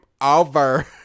over